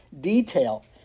detail